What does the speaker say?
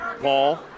Paul